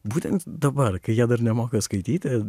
būtent dabar kai jie dar nemoka skaityti